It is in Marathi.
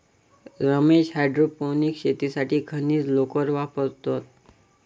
रमेश हायड्रोपोनिक्स शेतीसाठी खनिज लोकर वापरतो